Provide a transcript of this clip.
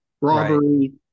robbery